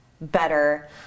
better